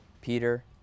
Peter